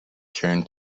karen